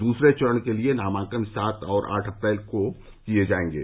दूसरे चरण के लिए नामांकन सात और आठ अप्रैल को भरे जायेंगे